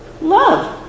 Love